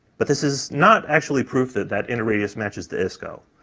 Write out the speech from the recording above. but this is not actually proof that that inner radius matches the isco.